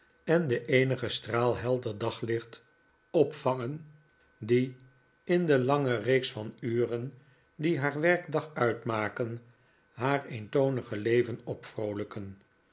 en den eenigen straal helder daglicht opvangen die in de lange reeks van uren die haar werkdag uitmaken haar eentonige leven